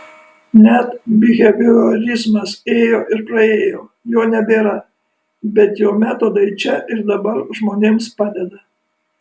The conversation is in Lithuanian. net biheviorizmas ėjo ir praėjo jo nebėra bet jo metodai čia ir dabar žmonėms padeda